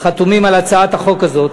חתומים על הצעת החוק הזאת,